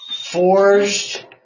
forged